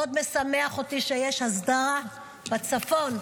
מאוד משמח אותי שיש הסדרה בצפון,